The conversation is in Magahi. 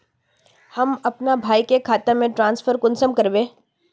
हम अपना भाई के खाता में ट्रांसफर कुंसम कारबे?